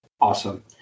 Awesome